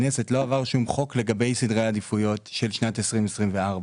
בכנסת לא עבר שום חוק לגבי סדרי העדיפויות של שנת 2024. ברור.